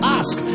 ask